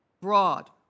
broad